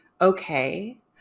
okay